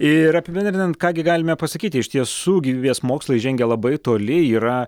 ir apibendrinant ką gi galime pasakyti iš tiesų gyvybės mokslai žengia labai toli yra